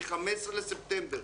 מ-15 בספטמבר,